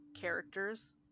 characters